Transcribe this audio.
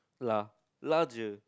lah larger